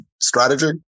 strategy